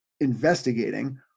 investigating